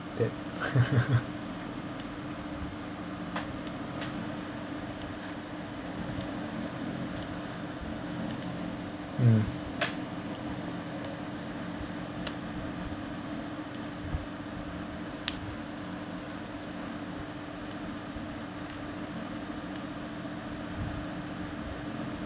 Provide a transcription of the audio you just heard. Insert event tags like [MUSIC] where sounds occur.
that [LAUGHS] mm